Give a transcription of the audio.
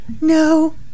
no